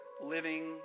living